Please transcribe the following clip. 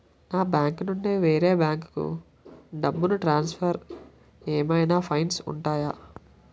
ఒక బ్యాంకు నుండి వేరే బ్యాంకుకు డబ్బును ట్రాన్సఫర్ ఏవైనా ఫైన్స్ ఉంటాయా?